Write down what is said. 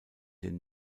den